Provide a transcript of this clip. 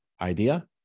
idea